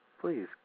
please